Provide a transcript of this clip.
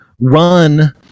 run